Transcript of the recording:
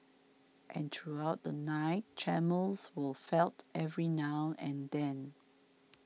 and throughout the night tremors were felt every now and then